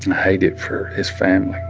hate it for his family